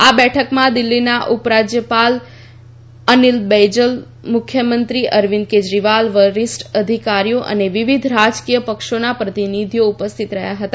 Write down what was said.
આ બેઠકમાં દિલ્ઠીના ઉપરાજ્યપાલ અનિલ બૈજલ મુખ્યમંત્રી અરવિંદ કેજરીવાલ વરિષ્ઠ અધિકારીઓ અને વિવિધ રાજકીય પક્ષોના પ્રતિનિધિઓ ઉપસ્થિત રહ્યા હતા